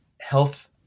health